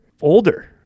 older